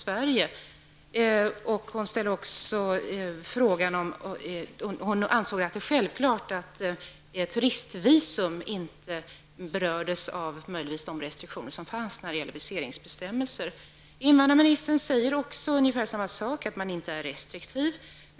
Sverige. Hon ansåg också att det är självklart att ett turistvisum inte berördes av de restriktioner som fanns när det gällde viseringsbestämmelser. Invandrarministern säger ungefär samma sak, dvs. att man inte är restriktiv.